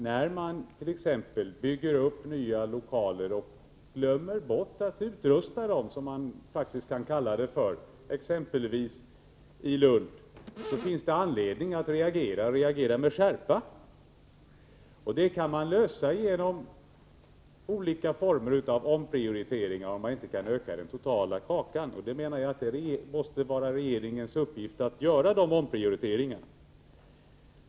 När man exempelvis i Lund bygger upp nya lokaler men glömmer bort att utrusta dem, vilket man faktiskt kan påstå är fallet, så finns det anledning att reagera och att reagera med skärpa. Detta problem kan man lösa genom olika former av omprioriteringar, om man inte kan öka den totala kakan. Jag menar att det måste vara regeringens uppgift att göra de omprioriteringarna.